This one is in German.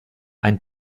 ein